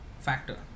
factor